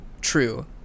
true